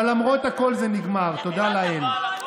אבל למרות הכול זה נגמר, תודה לאל.